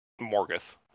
Morgoth